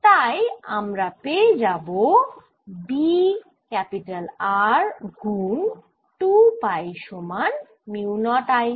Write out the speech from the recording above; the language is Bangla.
তাই আমরা পেয়ে যাবো B R গুন 2 পাই সমান মিউ নট I